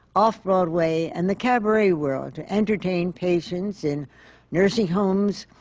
off-broadway, and the cabaret world, to entertain patients in nursing homes,